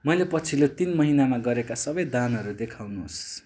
मैले पछिल्लो तिन महिनामा गरेका सबै दानहरू देखाउनुहोस्